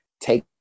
take